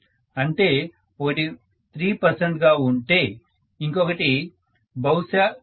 అంటే ఒకటి 3 పర్సెంట్ గా ఉంటే ఇంకొకటి బహుశా 3